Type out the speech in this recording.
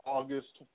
August